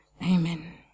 amen